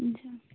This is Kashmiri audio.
اَچھا